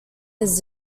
his